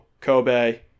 Kobe